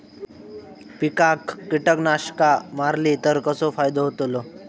पिकांक कीटकनाशका मारली तर कसो फायदो होतलो?